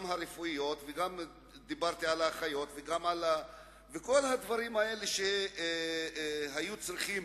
גם הרפואיות וגם מה שאמרתי על האחיות וכל הדברים שהיו צריכים